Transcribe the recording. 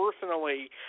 personally